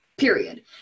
Period